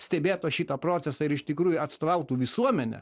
stebėtų šitą procesą ir iš tikrųjų atstovautų visuomenę